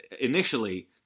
initially